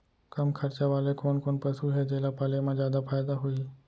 कम खरचा वाले कोन कोन पसु हे जेला पाले म जादा फायदा होही?